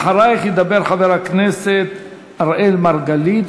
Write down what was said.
אחרייך ידבר חבר הכנסת אראל מרגלית.